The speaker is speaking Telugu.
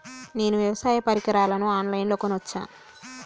నేను వ్యవసాయ పరికరాలను ఆన్ లైన్ లో కొనచ్చా?